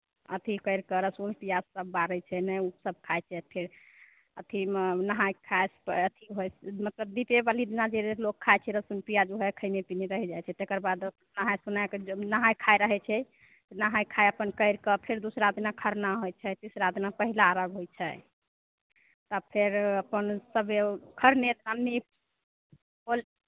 अथी कैरि कऽ लहसुन पियाज सब बारै छै ने ओ सब खाई छै फेर अथीमे नहाइ खाइ सऽ पै अथी होइ सऽ मतलब दिपेबली दिना जे रे लोक खाइ छै लहसुन पियाज उहै खैने पिने रैह जाइ छै तेकर बाद नहाइ सोनाइ कऽ जे नहाइ खाइ रहै छै नहाइ खाइ अपन कैरि कऽ फेर दूसरा दिना खरना होइ छै तीसरा दिना पहिला अर्घ्य होइ छै तब फेर अपन सबे ओ खरने पाबनि होल